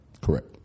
Correct